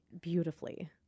beautifully